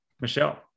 Michelle